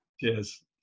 Cheers